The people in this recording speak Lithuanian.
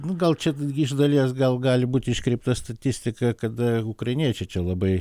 nu gal čia iš dalies gal gali būt iškreipta statistika kada ukrainiečiai čia labai